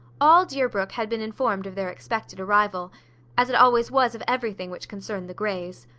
all deerbrook had been informed of their expected arrival as it always was of everything which concerned the greys.